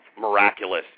miraculous